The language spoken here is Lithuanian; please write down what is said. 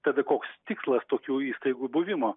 tada koks tikslas tokių įstaigų buvimo